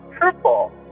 purple